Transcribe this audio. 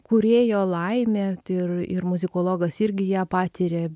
kūrėjo laimė ir ir muzikologas irgi ją patiria